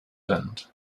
end